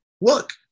look